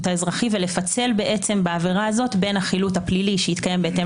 האזרחי ולפצל בעבירה הזו בין החילוט הפלילי שהתקיים בהתאם